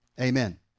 Amen